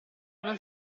non